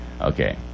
Okay